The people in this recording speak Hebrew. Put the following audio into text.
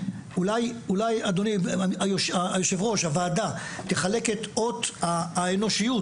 אך לצד זה הייתי רוצה לראות את אות הניהול האנושי.